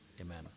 Amen